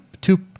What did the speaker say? two